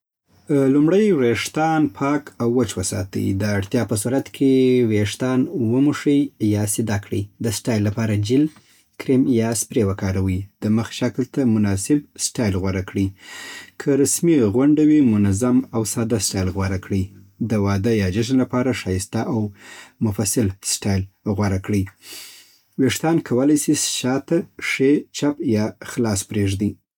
لومړی ویښتان پاک او وچ وساتئ. د اړتیا په صورت کې وریښتان وموښئ یا سیده کړئ. د سټایل لپاره جیل، کریم یا سپری وکاروئ. د مخ شکل ته مناسب سټایل غوره کړئ. که رسمي غونډه وي، منظم او ساده سټایل غوره دی. د واده یا جشن لپاره ښایسته او مفصل سټایل غوره کېږي. ویښتان کولی شئ شاته، ښي، چپ یا خلاص پرېږدئ